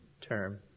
term